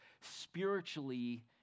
spiritually